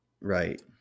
Right